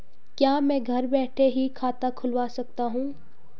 क्या मैं घर बैठे ही खाता खुलवा सकता हूँ?